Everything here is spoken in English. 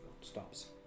Stops